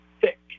thick